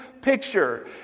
picture